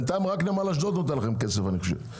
בינתיים רק נמל אשדוד נותן לכם כסף אני חושב.